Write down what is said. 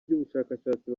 by’ubushakashatsi